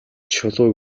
чулуу